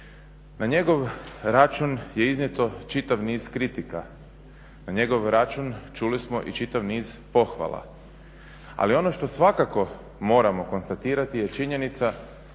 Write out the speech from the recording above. Na njegov račun je iznijeto čitav niz kritika, na njegov račun čuli smo i čitav niz pohvala. Ali ono što svakako moramo konstatirati je činjenica